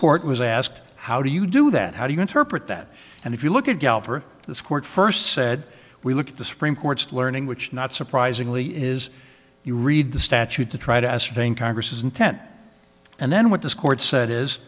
court was asked how do you do that how do you interpret that and if you look at gallup or this court first said we look at the supreme court's learning which not surprisingly is you read the statute to try to ascertain congress intent and then what this court said is